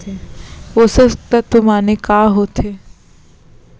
पोसक तत्व माने का होथे?